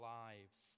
lives